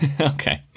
Okay